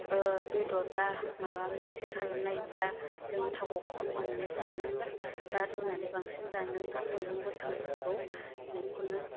बेदर बा माबा मोनसे खालामनाय बा जोङो थावखौ खम होनानै जानांगोन बा रुनानै बांसिन जानांगोन मैगं गोथांफोरखौ बेखौनो